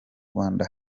rwanda